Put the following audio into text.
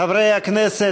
חברי הכנסת,